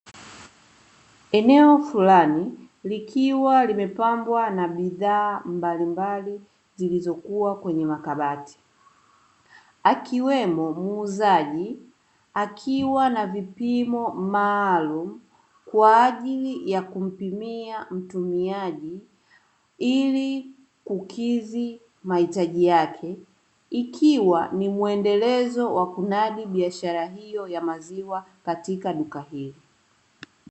Eneo fulani likiwa limepambwa na bidhaa mbalimbali zilizokuwa kwenye makabati, akiwemo muuzaji akiwa na vipimo maalumu kwa ajili ya kumpimia mtumiaji ili kukidhi mahitaji yake ikiwa ni mwendelezo wa kunadi biashara hiyo ya maziwa katika duka hili.